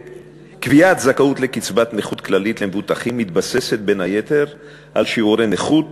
קביעת זכאות לקצבת נכות כללית למבוטחים מתבססת בין היתר על שיעורי נכות